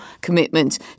commitment